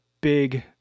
big